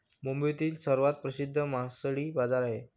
मुंबईतील सर्वात प्रसिद्ध मासळी बाजार आहे